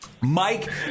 Mike